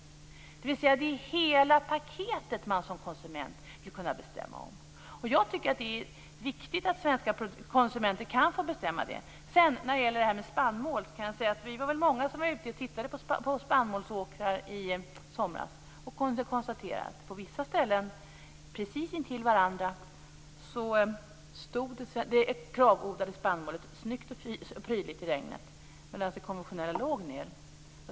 Det är hela paketet man som konsument vill kunna bestämma om. Jag tycker att det är viktigt att svenska konsumenter kan få bestämma det. När det gäller spannmål kan jag säga att vi var många som var ute och tittade på spannmålsåkrar i somras och kunde konstatera att det Kravodlade spannmålet stod upp snyggt och prydligt i regnet, medan det konventionella låg ned precis intill på vissa ställen.